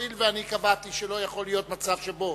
הואיל ואני קבעתי שלא יכול להיות מצב שבו